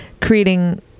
creating